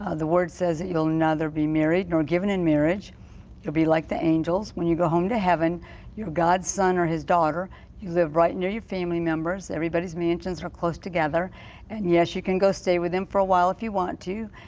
ah the lord says that you'll neither be married, nor given in marriage you'll be like the angels and you go home to heaven your god's son or his daughter and you live right near your family members. everybody's mansions are close together and yes she can go stay with them for a while. if you want to.